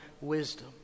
wisdom